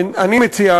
ואני מציע,